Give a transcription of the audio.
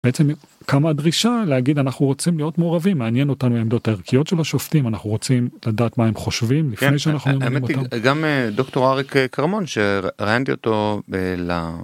בעצם קמה הדרישה להגיד אנחנו רוצים להיות מעורבים, מעניין אותנו העמדות הערכיות של השופטים, אנחנו רוצים לדעת מה הם חושבים לפני שאנחנו ממנים אותם, גם דוקטור אריק כרמון שראיינתי אותו.